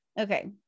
okay